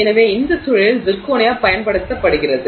எனவே இந்த சூழலில் சிர்கோனியா பயன்படுத்தப்படுகிறது